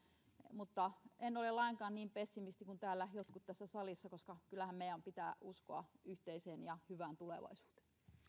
mutta en ole lainkaan niin pessimisti kuin jotkut tässä salissa koska kyllähän meidän pitää uskoa yhteiseen ja hyvään tulevaisuuteen